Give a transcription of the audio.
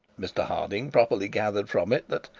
mr harding properly gathered from it that,